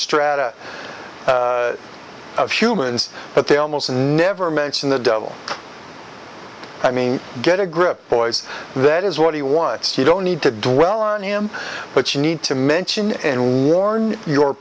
strata of humans but they almost never mention the devil i mean get a grip boys that is what he wants you don't need to dwell on him but you need to mention and norn your